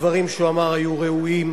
הדברים שהוא אמר היו ראויים,